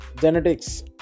genetics